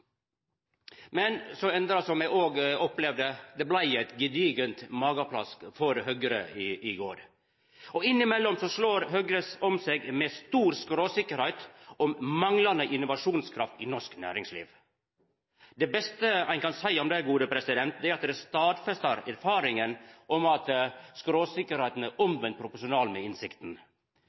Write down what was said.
men så enda det òg med eit gedigent mageplask for Høgre i går. Innimellom slår Høgre om seg med stor skråsikkerheit om manglande innovasjonskraft i norsk næringsliv. Det beste ein kan seia om det, er at det stadfestar erfaringa om at skråsikkerheita er omvendt proporsjonal med innsikta.